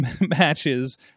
matches